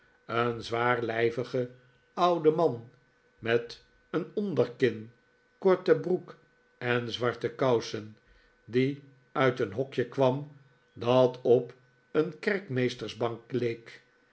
een zwaarlijvige oude man met een onderkin korte broek en zwarte kousen die uit een hokje kwam dat op een kerkmeestersbank leek